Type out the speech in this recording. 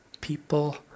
People